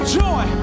joy